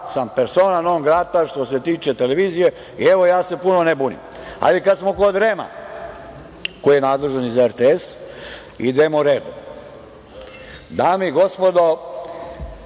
sam persona non grata što se tiče televizije i evo ja se puno ne bunim. Kada smo kod REM-a koji je nadležan za RTS, idemo redom. Dame i gospodo,